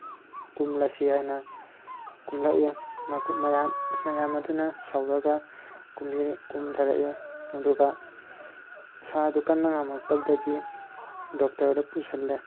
ꯀꯨꯝꯂꯁꯤ ꯍꯥꯏꯅ ꯀꯨꯝꯂꯛꯏ ꯃꯀꯨꯞ ꯃꯌꯥꯝ ꯃꯌꯥꯝ ꯑꯗꯨꯅ ꯁꯧꯔꯒ ꯀꯨꯝꯃꯤ ꯀꯨꯝꯊꯔꯛꯏ ꯑꯗꯨꯒ ꯏꯁꯥꯗꯨ ꯀꯟꯅ ꯉꯝꯂꯛꯇꯕꯗꯒꯤ ꯗꯣꯛꯇꯔꯗ ꯄꯨꯁꯤꯜꯂꯦ